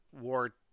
war